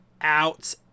out